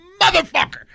Motherfucker